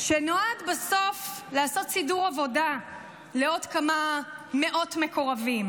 שנועד בסוף לעשות סידור עבודה לעוד כמה מאות מקורבים.